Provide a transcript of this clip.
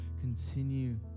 continue